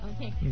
Okay